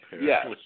yes